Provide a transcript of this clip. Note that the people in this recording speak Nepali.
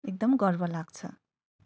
एकदम गर्व लाग्छ